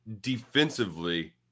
defensively